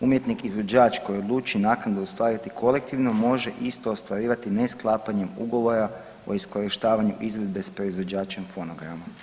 Umjetnik izvođač koji odluči naknadu ostvariti kolektivno može isto ostvarivati nesklapanjem ugovora o iskorištavanju izvedbe s proizvođačem fonograma.